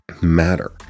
matter